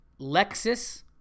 Lexus